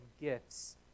gifts